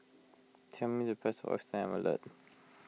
tell me the price of Oyster Omelette